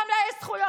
גם לה יש זכויות,